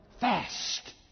Fast